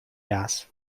raz